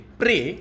pray